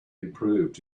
improved